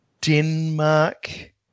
Denmark